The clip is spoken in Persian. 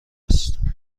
است